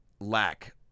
lack